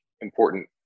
important